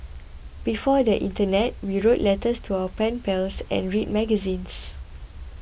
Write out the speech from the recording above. before the Internet we wrote letters to our pen pals and read magazines